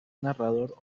narrador